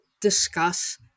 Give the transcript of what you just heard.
discuss